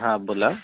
हां बोला